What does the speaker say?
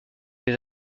des